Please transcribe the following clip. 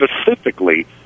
Specifically